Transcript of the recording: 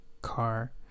car